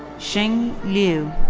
xing liu.